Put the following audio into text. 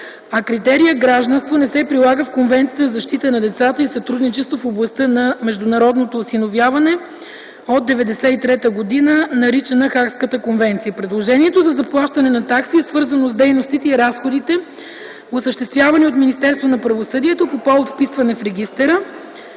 а критерият „гражданство” не се прилага в Конвенцията за защита на децата и сътрудничество в областта на международното осиновяване от 1993 г., наричана Хагската конвенция. Предложението за заплащане на такси е свързано с дейностите и разходите, осъществявани от Министерството на правосъдието по повод вписване в регистъра.